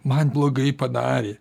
man blogai padarė